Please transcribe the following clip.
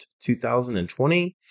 2020